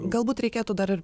galbūt reikėtų dar ir